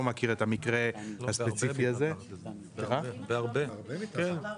מכיר את המכיר הספציפי הזה --- זה הרבה מתחת.